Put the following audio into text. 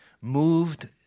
moved